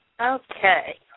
Okay